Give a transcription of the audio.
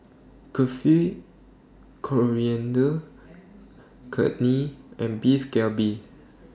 Kulfi Coriander and Beef Galbi